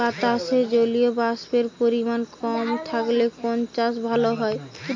বাতাসে জলীয়বাষ্পের পরিমাণ কম থাকলে কোন চাষ ভালো হয়?